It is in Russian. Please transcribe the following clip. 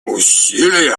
усилия